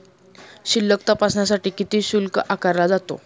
शिल्लक तपासण्यासाठी किती शुल्क आकारला जातो?